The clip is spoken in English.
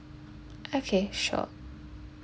okay sure